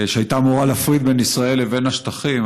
שהייתה אמורה להפריד בין ישראל לבין השטחים,